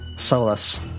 Solus